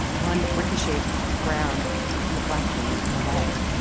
one ricochets off the ground and hits the black man in the leg,